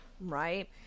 Right